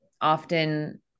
often